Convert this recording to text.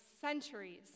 centuries